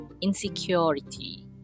insecurity